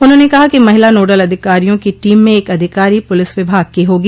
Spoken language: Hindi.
उन्होंने कहा कि महिला नोडल अधिकारियों की टीम में एक अधिकारी पुलिस विभाग की होगी